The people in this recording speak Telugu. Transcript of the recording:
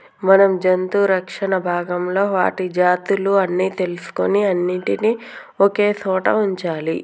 మనం జంతు రక్షణ భాగంలో వాటి జాతులు అన్ని తెలుసుకొని అన్నిటినీ ఒకే సోట వుంచాలి